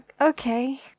Okay